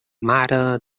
mare